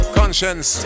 conscience